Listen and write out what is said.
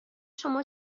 شما